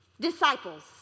disciples